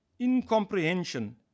incomprehension